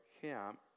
camp